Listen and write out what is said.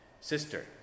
sister